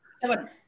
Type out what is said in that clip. Seven